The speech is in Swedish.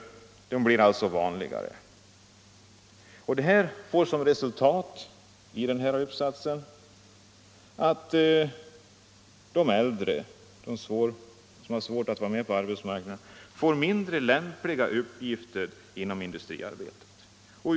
Detta blir alltså vanligare. Det får enligt uppsatsen till resultat att de äldre, de som har svårt att vara med på arbetsmarknaden, får mindre lämpliga uppgifter inom industriarbetet.